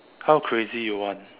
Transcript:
how crazy you want